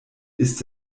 ist